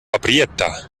aprieta